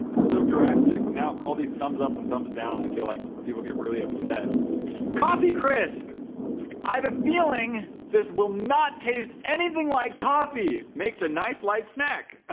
it's so drastic now all these thumbs up and thumbs down i feel like people get really upset coffee crisp i have a feeling this will not taste anything like coffee makes a nice light snack